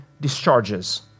discharges